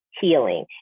healing